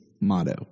motto